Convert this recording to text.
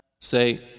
Say